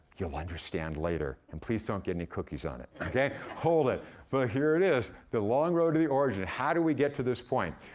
you'll understand later, and please don't get any cookies on it. okay, hold it. but here it is the long road to the origin. how did we get to this point?